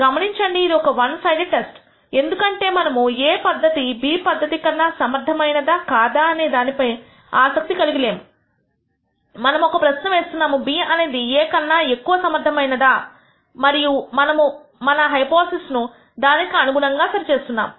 గమనించండి ఇది ఒక వన్ సైడెడ్ టెస్ట్ ఎందుకంటే మనము A పద్ధతి B పద్ధతి కన్నా సమర్థమైనదా కాదా అనే దానిపై ఆసక్తి కలిగి లేము మనము ఒక ప్రశ్న వేస్తున్నాము B అనేది A కన్నా ఎక్కువ సమర్థమైనదా మరియు మనము మన హైపోథిసిస్ అను దానికి అనుగుణంగా సరి చేస్తున్నాము